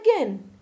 again